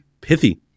Pithy